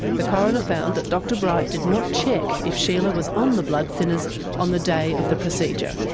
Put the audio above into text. the coroner found that dr bright did not check if sheila was on the blood thinners on the day of the procedure.